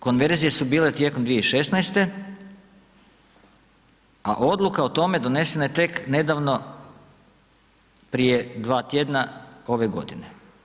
Konverzacije su bile tijekom 2016., a odluka o tome donesena je tek nedavno prije 2 tjedna ove godine.